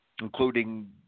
including